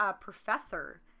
Professor